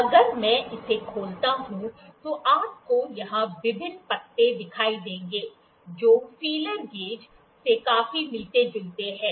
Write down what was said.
अगर मैं इसे खोलता हूं तो आपको यहां विभिन्न पत्ते दिखाई देंगे जो फीलर गेज से काफी मिलते जुलते हैं